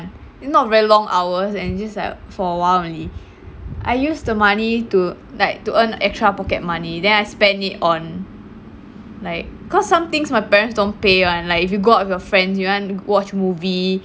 not very long hours and just like for a while only I use the money to like to earn extra pocket money then I spend it on like cause somethings my parents don't pay [one] like if you go out with your friends you want to watch movie